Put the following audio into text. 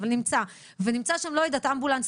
אבל נמצא - ונמצא שם אמבולנס,